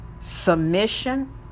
submission